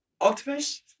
Octopus